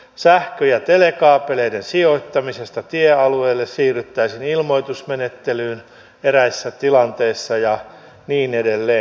sähkö ja telekaapeleiden sijoittamisesta tiealueille siirryttäisiin ilmoitusmenettelyyn eräissä tilanteissa ja niin edelleen